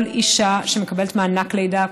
כל אישה שמקבלת מענק לידה,